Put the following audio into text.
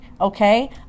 okay